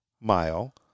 mile